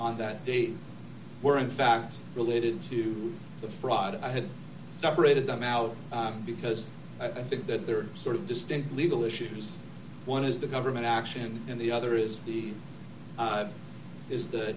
on that day were in fact related to the fraud and i had separated them out because i think that they were sort of distinct legal issues one is the government action and the other is the is the